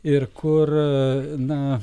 ir kur na